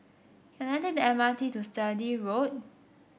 can I take the M R T to Sturdee Road